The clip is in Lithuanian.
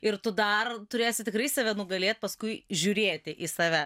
ir tu dar turėsi tikrai save nugalėt paskui žiūrėti į save